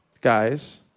guys